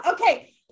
okay